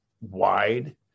wide